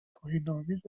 توهینآمیز